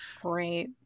Great